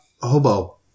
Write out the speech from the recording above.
hobo